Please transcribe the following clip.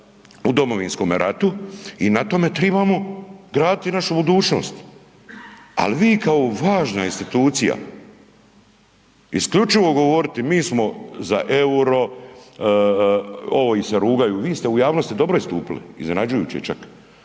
u domovinskome ratu i na tome tribamo graditi našu budućnost, al vi kao važna institucija isključivo govoriti mi smo za EUR-o, ovi im se rugaju, vi ste u javnosti dobro istupili, iznenađujuće čak